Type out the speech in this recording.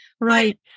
right